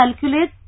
calculate